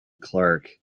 clerk